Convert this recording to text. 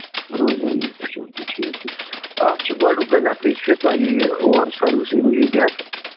روزانٕے H M T ٹھیٖک چھُ اَتھ چھُ گۄڈٕ گۄڈٕنٮ۪تھٕے چھُ تۅہہِ یہِ اوَر سٔروِس اِنجیٖنر